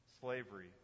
slavery